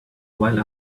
while